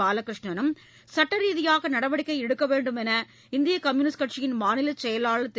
பாலகிருஷ்ணனும் சுட்டரீதியாக நடவடிக்கை எடுக்க வேண்டும் என்று இந்திய கம்யூனிஸ்ட் கட்சியின் மாநிலச் செயலாளர் திரு